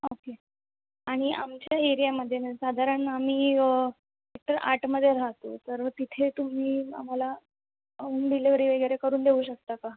okay आणि आमच्या एरियामध्ये ना साधारण आम्ही सेक्टर आठमध्ये राहतो तर तिथे तुम्ही आम्हाला होम डिलेवरी वगैरे करून देऊ शकता का